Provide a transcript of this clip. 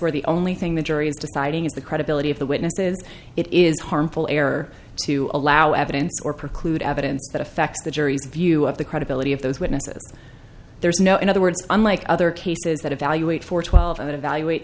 where the only thing the jury is deciding is the credibility of the witnesses it is harmful error to allow evidence or preclude evidence that affects the jury's view of the credibility of those witnesses there's no in other words unlike other cases that evaluate for twelve and evaluate